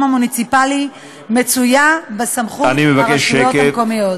המוניציפלי מצויה בסמכות הרשויות המקומיות.